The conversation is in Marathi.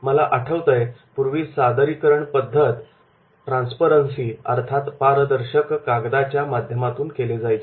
मला आठवतंय पूर्वी सादरीकरण पद्धत ट्रान्सपरन्सी पारदर्शक कागद च्या माध्यमातून केले जायचे